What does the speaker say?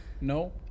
No